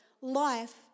life